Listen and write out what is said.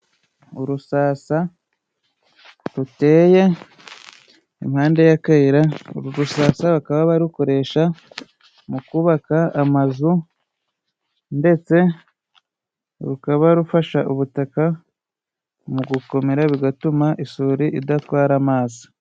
Urusasa ruteye impande y'akayira ,uru rusasa bakaba barukoresha mu kubaka amazu ,ndetse rukaba rufasha ubutaka mu gukomera, bigatuma isuri idatwara amazi.